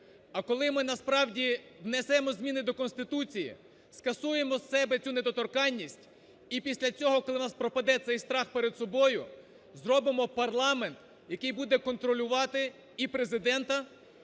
а коли ми насправді внесемо зміни до Конституції, скасуємо з себе цю недоторканність, і після цього, коли в нас пропаде цей страх перед собою, зробимо парламент, який буде контролювати і Президента,